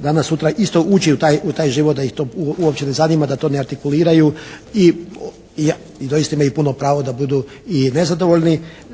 danas, sutra isto ući u taj život da ih to uopće ne zanima, da to ne artikuliraju i doista imaju puno pravo da budu i nezadovoljni.